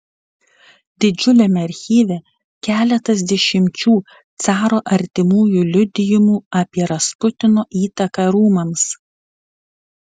didžiuliame archyve keletas dešimčių caro artimųjų liudijimų apie rasputino įtaką rūmams